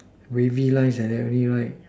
wavy lines like that only right